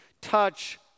touch